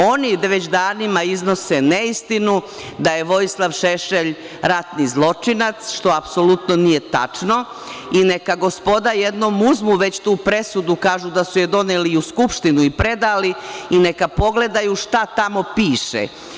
Oni već danima iznose neistinu, da je Vojislav Šešelj ratni zločinac što apsolutno nije tačno i neka gospoda jednom uzmu već tu presudu, kažu da su je doneli i u Skupštinu i predali i neka pogledaju šta tamo piše.